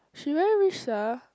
she very rich sia